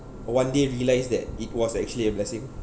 one day realised that it was actually a blessing